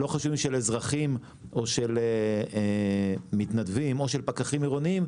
לא חשוב אם של אזרחים או של מתנדבים או של פקחים עירוניים,